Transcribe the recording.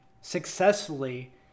successfully